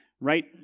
right